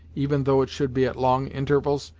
even though it should be at long intervals,